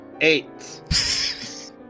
eight